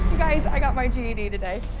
guys, i got my ged today.